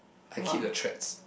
I keep the tracks